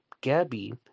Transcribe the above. Gabby